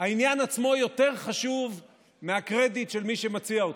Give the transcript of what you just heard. העניין עצמו יותר חשוב מהקרדיט של מי שמציע אותו.